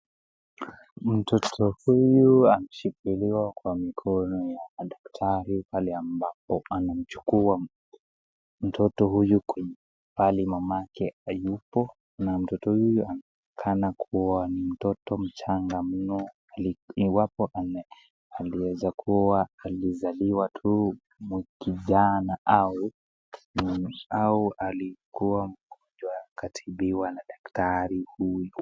Mtoto huyu ameshikiliwa kwa mikono ya daktari pale ambapo anamchukua mtoto huyu pahali mamake hayupo na mtoto huyu anaonekana kuwa ni mtoto mchanga mno, iwapo aliweza kuwa alizaliwa tu wiki jana au alikuwa mgonjwa akatibiwa na daktari huyu.